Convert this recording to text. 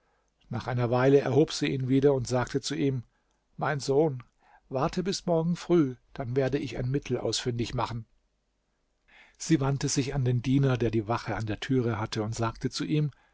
nach einer weile erhob sie ihn wieder und sagte zu ihm mein sohn warte bis morgen früh dann werde ich ein mittel ausfindig machen sie wandte sich an den diener der die wache an der türe hatte und sagte zu ihm